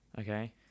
Okay